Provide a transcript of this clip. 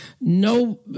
No